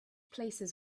places